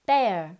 Bear